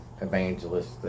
evangelists